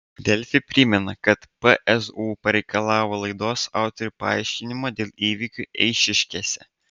delfi primena kad pzu pareikalavo laidos autorių paaiškinimo dėl įvykių eišiškėse